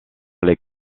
les